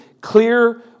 clear